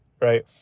right